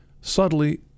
subtly